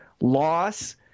loss